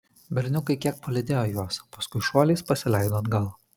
berniukai kiek palydėjo juos paskui šuoliais pasileido atgal